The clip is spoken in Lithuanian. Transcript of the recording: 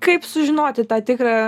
kaip sužinoti tą tikrą